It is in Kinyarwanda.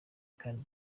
kandi